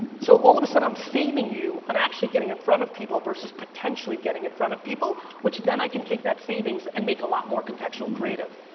so all of a sudden i'm saving you, i'm actually getting in front of people versus potentially getting in front of people, which then i can take that savings and make a lot more contextual creative.